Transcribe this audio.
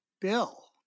Bill